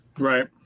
Right